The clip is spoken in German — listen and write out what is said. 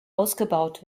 ausgebaut